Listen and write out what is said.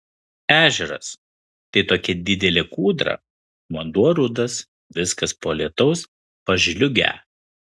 ežeras tai tokia didelė kūdra vanduo rudas viskas po lietaus pažliugę